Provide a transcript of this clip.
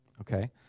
Okay